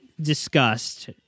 discussed